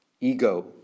ego